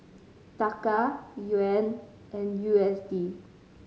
Taka Yuan and U S D